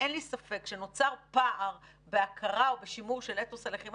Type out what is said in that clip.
אין לי ספק שנוצר פער בהכרה ובשימור של אתוס הלחימה